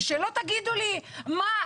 ושלא תגידו לי 'מה,